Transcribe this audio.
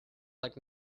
like